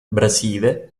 brasile